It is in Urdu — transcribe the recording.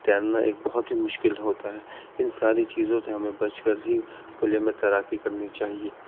تیرنا ایک بہت ہی مشکل ہوتا ہے ان ساری چیزوں سے ہمیں بچ کر ہی کھلے میں تیراکی کرنی چاہیے